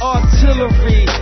Artillery